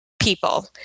people